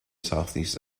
southeast